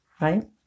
right